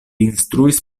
instruis